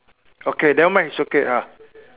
okay never mind is okay ah